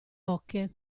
oche